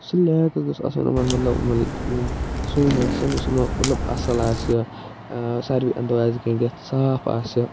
سُہ لیک حظ گَژھِ آسُن یِمن مطلب یِمن سُیِمٲرسن یُس مطلب اَصٕل آسہِ سارِوٕے انٛدو آسہِ گٔنٛڈٹھ صاف آسہِ